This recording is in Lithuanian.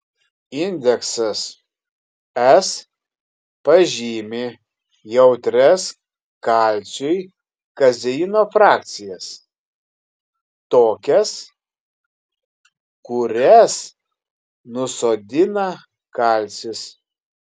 indeksas s pažymi jautrias kalciui kazeino frakcijas tokias kurias nusodina kalcis